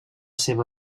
seva